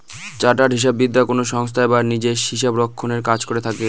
chartered হিসাববিদরা কোনো সংস্থায় বা নিজে হিসাবরক্ষনের কাজ করে থাকেন